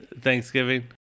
Thanksgiving